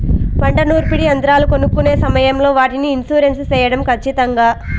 పంట నూర్పిడి యంత్రాలు కొనుక్కొనే సమయం లో వాటికి ఇన్సూరెన్సు సేయడం ఖచ్చితంగా?